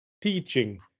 teaching